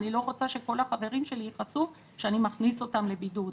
"אני לא רוצה שכל החברים שלי יכעסו שאני מכניס אותם לבידוד",